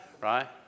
right